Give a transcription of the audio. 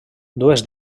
dues